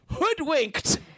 hoodwinked